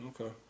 okay